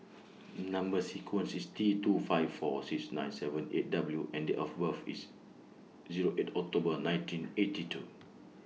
Number sequence IS T two five four six nine seven eight W and Date of birth IS Zero eight October nineteen eighty two